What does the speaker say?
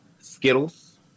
skittles